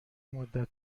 مدت